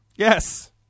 Yes